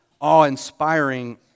awe-inspiring